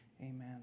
Amen